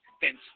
fence